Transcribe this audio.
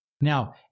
Now